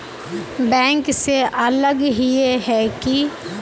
Bank से अलग हिये है की?